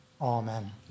Amen